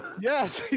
yes